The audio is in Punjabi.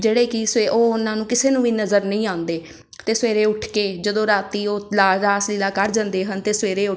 ਜਿਹੜੇ ਕਿ ਸਵੇ ਉਹ ਉਹਨਾਂ ਨੂੰ ਕਿਸੇ ਨੂੰ ਵੀ ਨਜ਼ਰ ਨਹੀਂ ਆਉਂਦੇ ਅਤੇ ਸਵੇਰੇ ਉੱਠ ਕੇ ਜਦੋਂ ਰਾਤ ਉਹ ਲਾ ਰਾਸ ਲੀਲਾ ਕਰ ਜਾਂਦੇ ਹਨ ਅਤੇ ਸਵੇਰੇ